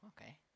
okay